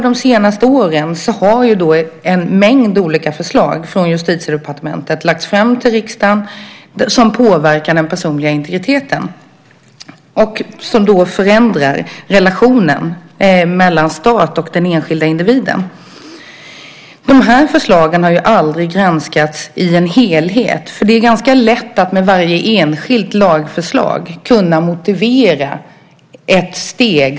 De senaste åren har en mängd olika förslag från Justitiedepartementet som påverkar den personliga integriteten och som förändrar relationen mellan staten och den enskilda individen lagts fram till riksdagen. De förslagen har aldrig granskats i en helhet. Det är ganska lätt att kunna motivera ett steg man tar med varje enskilt lagförslag.